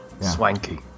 Swanky